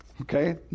okay